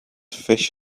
fish